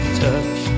touch